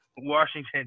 Washington